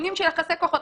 לדיונים של יחסי כוחות.